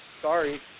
Sorry